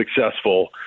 successful